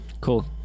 Cool